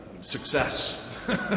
success